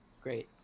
Great